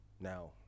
Now